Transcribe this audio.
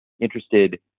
interested